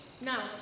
No